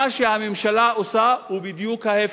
מה שהממשלה עושה הוא בדיוק ההיפך,